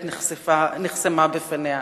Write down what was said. ובכל זאת הדלת נחסמה בפניה.